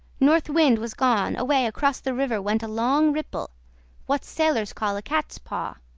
north wind was gone. away across the river went a long ripple what sailors call a cat's paw.